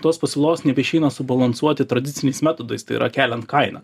tos pasiūlos nebeišeina subalansuoti tradiciniais metodais tai yra keliant kainą